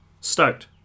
Stoked